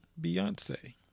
Beyonce